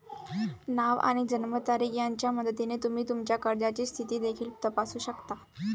नाव आणि जन्मतारीख यांच्या मदतीने तुम्ही तुमच्या कर्जाची स्थिती देखील तपासू शकता